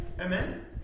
Amen